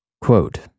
Quote